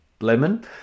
lemon